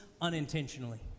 unintentionally